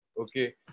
Okay